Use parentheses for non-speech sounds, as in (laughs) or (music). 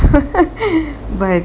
(laughs) but